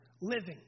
living